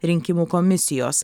rinkimų komisijos